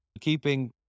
keeping